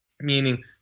meaning